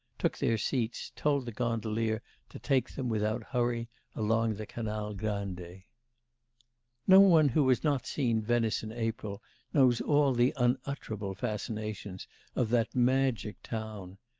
took their seats, told the gondolier to take them without hurry along the canal grande. no no one who has not seen venice in april knows all the unutterable fascinations of that magic town.